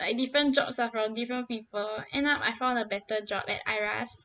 like different jobs lah for different people end up I found a better job at IRAS